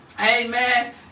amen